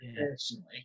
personally